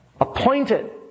appointed